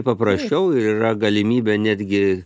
paprasčiau ir yra galimybė netgi